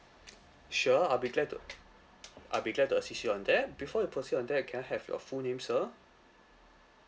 sure I'll be glad to I'll be glad to assist you on that before I proceed on that can I have your full name sir